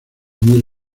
muy